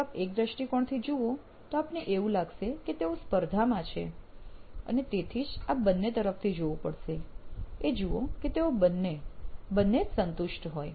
જો આપ એક દ્રષ્ટિકોણથી જુઓ તો આપને એવું લાગશે કે તેઓ સપર્ધામાં છે અને તેથી જ આપે બંને તરફથી જોવું પડશે એ જુઓ કે તેઓ બંને બંને જ સંતુષ્ટ હોય